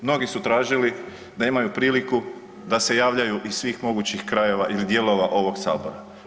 Mnogi su tražili da imaju priliku da se javljaju iz svih mogućih krajeva ili dijelova ovog Sabora.